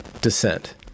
descent